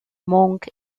monk